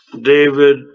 David